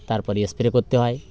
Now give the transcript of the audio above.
তারপরে স্প্রে করতে হয়